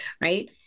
right